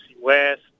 West